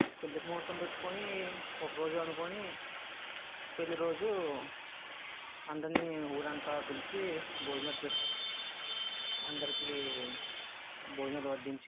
పెళ్ళికి ముహూర్తంపెట్టుకొని ఒకరోజు అనుకొని పెళ్లిరోజు అందరిని ఊరంతా పిలిచి భోజనాలు పెట్టి అందరికి భోజనాలు వడ్డించి